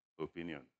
opinion